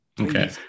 okay